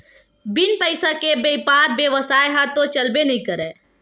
बिन पइसा के बइपार बेवसाय ह तो चलबे नइ करय